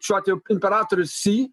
šiuo atveju imperatorius si